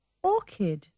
Orchid